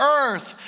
earth